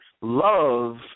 love